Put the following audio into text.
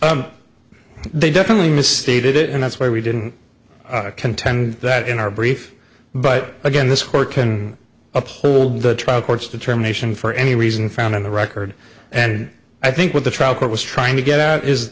would they definitely misstated it and that's why we didn't contend that in our brief but again this court can uphold the trial court's determination for any reason found in the record and i think with the trial court was trying to get at is